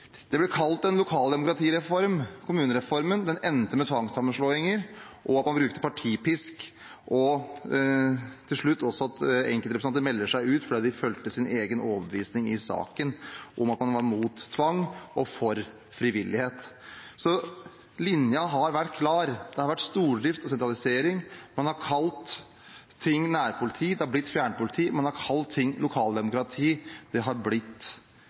Den ble kalt en lokaldemokratireform, kommunereformen. Den endte med tvangssammenslåinger og at man brukte partipisk, og til slutt også med at enkeltrepresentanter meldte seg ut fordi de fulgte sin egen overbevisning i saken, at man var mot tvang og for frivillighet. Så linjen har vært klar. Det har vært stordrift og sentralisering, man har kalt ting nærpoliti, det er blitt fjernpoliti, man har kalt ting lokaldemokrati, det har blitt